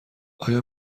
آیا